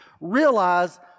realize